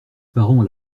parents